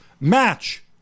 Match